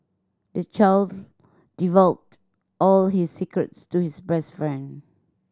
the child divulged all his secrets to his best friend